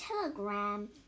telegram